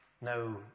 No